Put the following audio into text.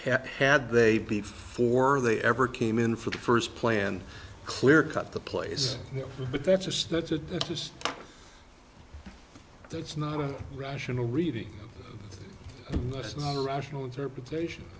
had they before they ever came in for the first plan clear cut the place but that's just that's just that's not a rational reading list are rational interpretation